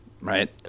right